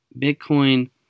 Bitcoin